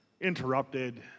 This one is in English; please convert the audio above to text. interrupted